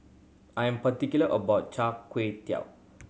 I am particular about Char Kway Teow